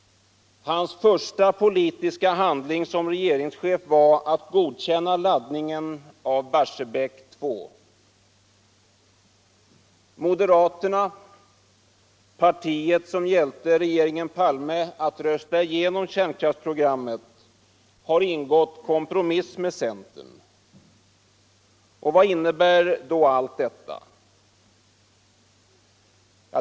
Hans första aktiva politiska handling som regeringschef var att godkänna laddningen av Barsebäck 2. Moderaterna — partiet som hjälpte regeringen Palme att rösta igenom kärnkraftsprogrammet — har ingått kompromiss med centern. Vad betyder då allt detta?